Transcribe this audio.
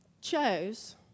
chose